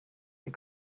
den